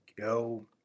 go